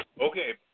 Okay